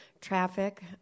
traffic